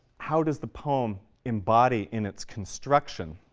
how does the poem embody in its construction